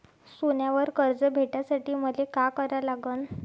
सोन्यावर कर्ज भेटासाठी मले का करा लागन?